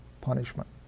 punishment